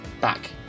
back